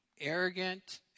arrogant